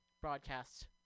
broadcast